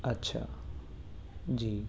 اچھا جی